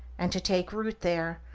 and to take root there,